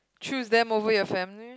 choose them over your family